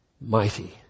mighty